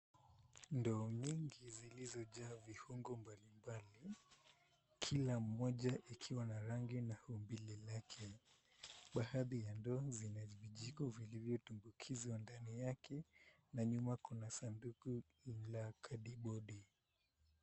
Ndoo nyingi zilizojaa viungo mbalimbali, kila moja ikiwa na rangi na umbile lake. Baadhi ya ndoo zina vijiko vilivyotumbukizwa ndani yake na nyuma kuna sanduku la cardboard .